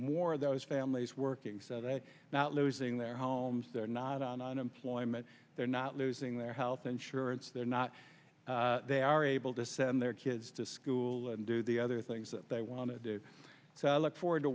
more of those families working so that not losing their homes they're not on unemployment they're not losing their health insurance they're not they are able to send their kids to school and do the other things that they want to do so i look forward to